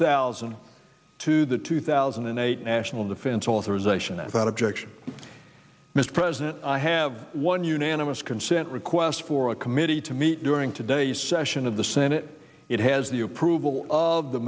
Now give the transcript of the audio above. thousand to the two thousand and eight national defense authorization act out objection mr president i have one unanimous consent request for a committee to meet during today's session of the senate it has the approval of the